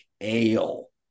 ale